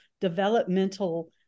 developmental